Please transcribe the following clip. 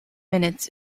minutes